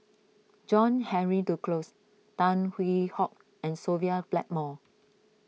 John Henry Duclos Tan Hwee Hock and Sophia Blackmore